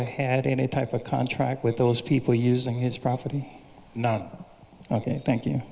i had any type of contract with those people using his property not ok thank you